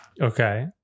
Okay